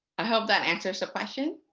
i hope that answers the question.